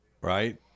right